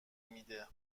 میده